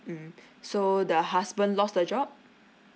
mm so the husband lost the job